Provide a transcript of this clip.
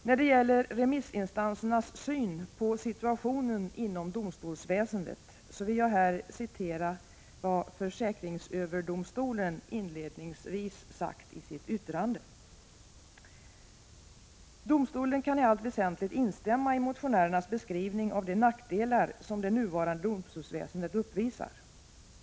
När det gäller remissinstansernas syn på situationen inom domstolsväsendet vill jag här citera vad försäkringsöverdomstolen inledningsvis sagt i sitt yttrande: ”Domstolen kan i allt väsentligt instämma i motionärernas beskrivning av de nackdelar som det nuvarande domstolsväsendet uppvisar.